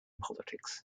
politics